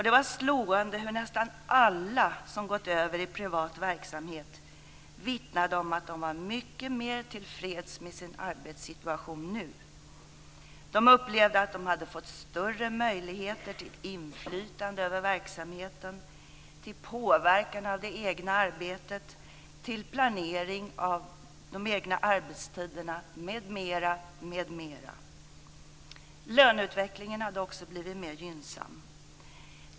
Det var slående hur nästan alla som gått över i privat verksamhet vittnade om att de var mycket mer tillfreds med sin arbetssituation nu. De upplevde att de hade fått större möjligheter till inflytande över verksamheten, till påverkan av det egna arbetet, till planering av de egna arbetstiderna m.m. Löneutvecklingen hade också blivit mer gynnsam.